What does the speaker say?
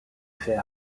fait